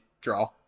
draw